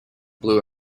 blue